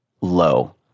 low